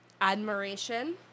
admiration